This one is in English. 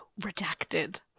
Redacted